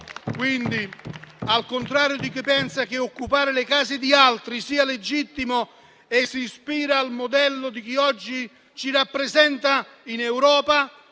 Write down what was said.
quindi, al contrario di chi pensa che occupare le case di altri sia legittimo e si ispira al modello di chi oggi ci rappresenta in Europa,